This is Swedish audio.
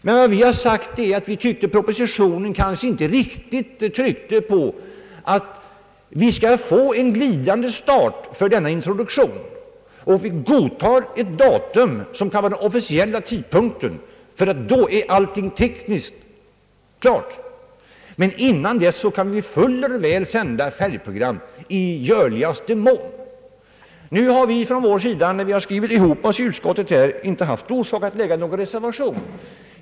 Men vad vi har sagt är, att vi inte tycker att det i propositionen har tryckts på att vi kommer att få en glidande start för denna introduktion. Vi godtar ett datum som kan vara den officiella tidpunkten för starten, eftersom allting då skall vara tekniskt klart, men innan dess kan det mycket väl sändas färgprogram i möjligaste mån. Vi har på denna punkt i utskottet skrivit ihop oss, och det har därför inte funnits någon anledning för oss att avge någon reservation.